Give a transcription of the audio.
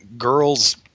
girls